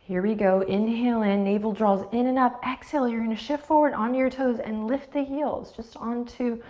here we go. inhale in, navel draws in and up. exhale, you're gonna shift forward on your toes and lift the heels just onto